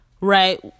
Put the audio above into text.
right